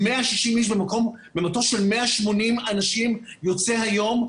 160 איש במטוס של 180 אנשים יוצא היום,